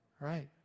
right